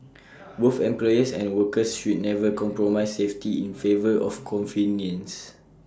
both employers and workers should never compromise safety in favour of convenience